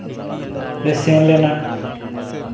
ᱞᱮ ᱥᱮᱱᱞᱮᱱᱟ